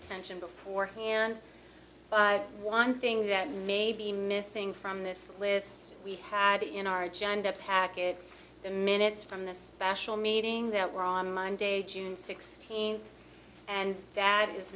attention beforehand but one thing that may be missing from this list we had in our agenda packet the minutes from the special meeting that were on monday june sixteenth and that is